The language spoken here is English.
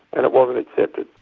and it wasn't accepted.